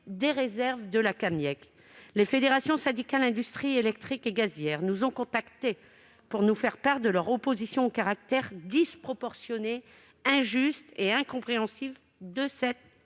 des réserves de la Camieg ! Les fédérations syndicales des industries électriques et gazières nous ont contactés pour nous faire part du caractère disproportionné, injuste et incompréhensible de cette